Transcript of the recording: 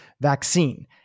Vaccine